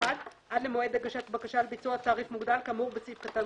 עד למועד הגשת בקשה לביצוע תעריף מוגדל כאמור בסעיף קטן